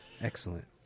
excellent